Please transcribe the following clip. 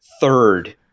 third